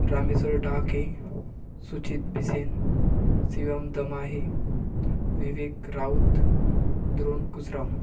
Rameswar Dahake Suchit Bhisen Siram Damahe Vivek Raut Dron Gujram